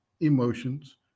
emotions